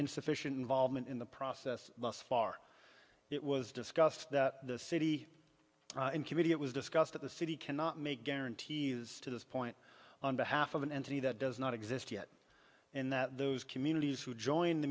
insufficient involvement in the process thus far it was discussed that the city and committee it was discussed at the city cannot make guarantees to this point on behalf of an entity that does not exist yet and that those communities who join the